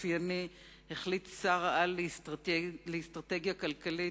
אופייני החליט שר-העל לאסטרטגיה כלכלית,